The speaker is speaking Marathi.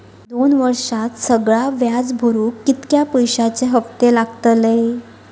दोन वर्षात सगळा व्याज भरुक कितक्या पैश्यांचे हप्ते लागतले?